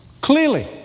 clearly